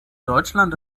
deutschland